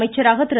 அமைச்சராக திரு